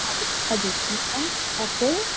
हजुर हजुर लेख्नु एप्पल